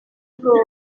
aho